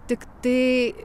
tik tai